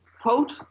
quote